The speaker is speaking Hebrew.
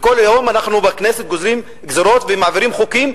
אנחנו בכנסת כל היום גוזרים גזירות ומעבירים חוקים,